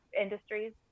industries